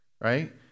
right